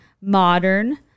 modern